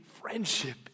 friendship